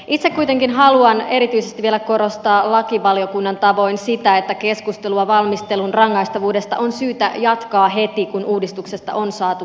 itse kuitenkin haluan erityisesti vielä korostaa lakivaliokunnan tavoin sitä että keskustelua valmistelun rangaistavuudesta on syytä jatkaa heti kun uudistuksesta on saatu kokemuksia